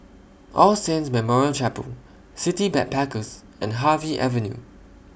All Saints Memorial Chapel City Backpackers and Harvey Avenue